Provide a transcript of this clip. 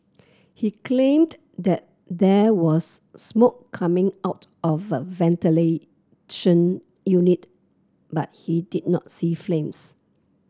he claimed that there was smoke coming out of a ventilation unit but he did not see flames